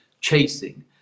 chasing